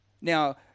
Now